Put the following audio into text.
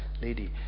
lady